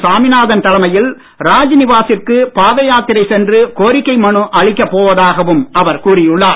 சாமிநாதன் தலைமையில் ராஜ்நிவாசிற்கு பாதையாத்திரை சென்று கோரிக்கை மனு அளிக்கப் போவதாகவும் அவர் கூறியுள்ளார்